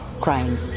crying